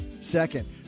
Second